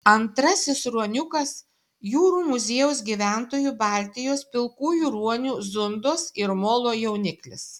antrasis ruoniukas jūrų muziejaus gyventojų baltijos pilkųjų ruonių zundos ir molo jauniklis